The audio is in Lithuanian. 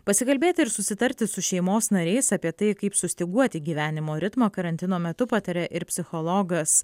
pasikalbėti ir susitarti su šeimos nariais apie tai kaip sustyguoti gyvenimo ritmą karantino metu pataria ir psichologas